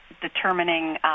determining